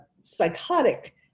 psychotic